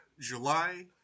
July